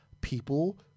people